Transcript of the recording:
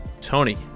Tony